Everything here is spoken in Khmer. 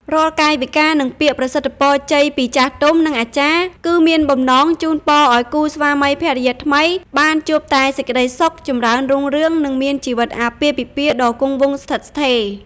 រាល់កាយវិការ និងពាក្យប្រសិទ្ធិពរជ័យពីចាស់ទុំ និងអាចារ្យ គឺមានបំណងជូនពរឱ្យគូស្វាមីភរិយាថ្មីបានជួបតែសេចក្តីសុខ ចម្រើនរុងរឿង និងមានជីវិតអាពាហ៍ពិពាហ៍ដ៏គង់វង្សស្ថិតស្ថេរ ។